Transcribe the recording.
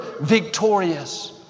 victorious